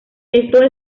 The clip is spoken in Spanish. esto